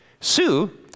Sue